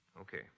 Okay